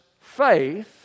faith